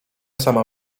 sama